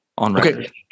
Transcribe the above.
Okay